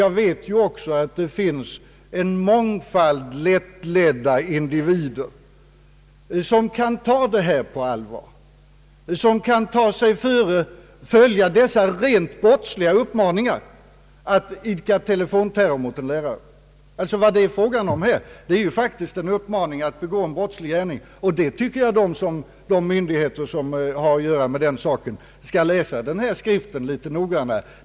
Jag vet också att det finns en mängd lättledda individer som kan ta den på allvar och följa dess uppmaningar till straffbara gärningar, t.ex. att idka telefonterror mot en lärare. De myndigheter som verkar på detta speciella område bör enligt min mening litet noggrannare ta del av innehållet i denna skrift.